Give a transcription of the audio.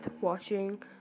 watching